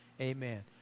amen